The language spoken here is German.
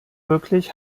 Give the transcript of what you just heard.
wirklich